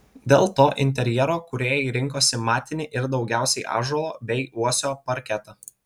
dėl to interjero kūrėjai rinkosi matinį ir daugiausiai ąžuolo bei uosio parketą